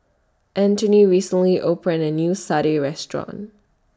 Anthoney recently opened A New Satay Restaurant